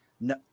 No